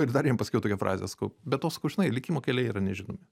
ir dar jam pasakiau tokią frazę sakau be to sakau žinai likimo keliai yra nežinomi